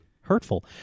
Hurtful